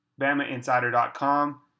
BamaInsider.com